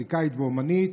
מוזיקאית ואומנית,